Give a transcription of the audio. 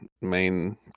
main